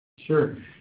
Sure